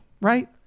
Right